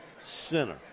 center